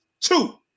Two